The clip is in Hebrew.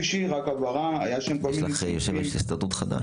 יש לך יושב-ראש הסתדרות חדש.